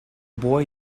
boy